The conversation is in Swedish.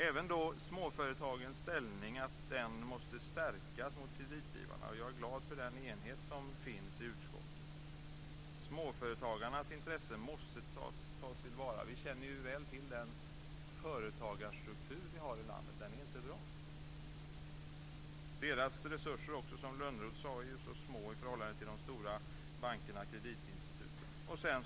Även småföretagens ställning gentemot kreditgivarna måste stärkas. Jag är glad för den enhet som finns i utskottet. Småföretagarnas intressen måste tas till vara. Vi känner väl till den företagarstruktur vi har i landet. Den är inte bra. Småföretagens resurser är ju, som Lönnroth sade, så små i förhållande till de stora bankernas och kreditinstitutens.